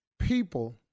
People